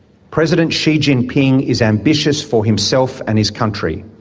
president xi jinping is ambitious for himself and his country.